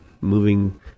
moving